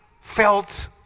felt